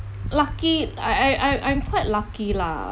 lucky I I I'm quite lucky lah